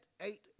eight